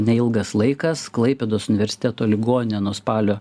neilgas laikas klaipėdos universiteto ligoninė nuo spalio